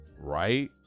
Right